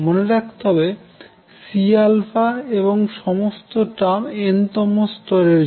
মনে রাখতে হবে Cএবং সমস্ত টার্ম n তম স্তরের জন্য